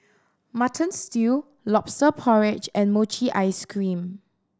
Mutton Stew Lobster Porridge and mochi ice cream